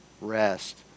rest